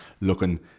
looking